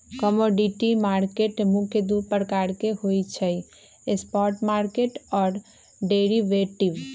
commodity market मुख्य दु प्रकार के होइ छइ स्पॉट मार्केट आऽ डेरिवेटिव